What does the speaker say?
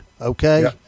Okay